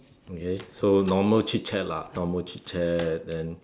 okay so normal chit chat lah normal chit chat then